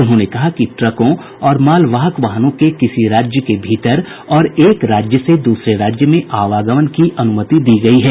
उन्होंने कहा कि ट्रकों और मालवाहक वाहनों के किसी राज्य के भीतर और एक राज्य से दूसरे राज्य में आवागमन की अनुमति दी गई है